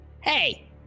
Hey